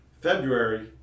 February